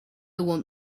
want